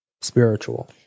spiritual